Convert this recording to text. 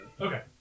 Okay